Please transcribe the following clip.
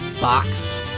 box